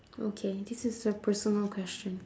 okay this is a personal question